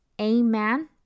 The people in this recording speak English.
Amen